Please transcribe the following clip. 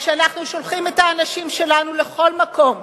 כשאנחנו שולחים את האנשים שלנו לכל מקום,